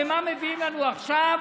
ומה מביאים לנו עכשיו?